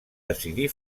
decidir